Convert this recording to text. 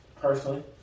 personally